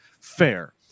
Fair